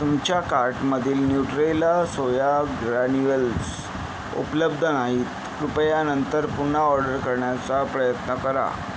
तुमच्या कार्टमधील Nutrela soya granules उपलब्ध नाहीत कृपया नंतर पुन्हा ऑर्डर करण्याचा प्रयत्न करा